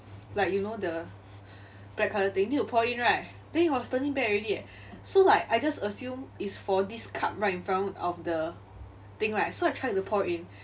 like you know like the black colour thing need to pour in right then it was turning bad already eh so like I just assume it's for this cup right in front of the thing right so I tried to pour in